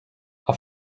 auf